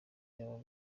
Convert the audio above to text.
y’aba